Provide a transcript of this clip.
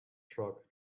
truck